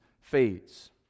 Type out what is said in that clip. fades